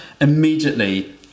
immediately